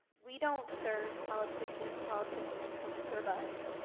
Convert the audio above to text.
we don't serve politicians. politicians are supposed to serve us.